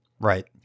Right